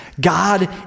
God